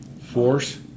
Force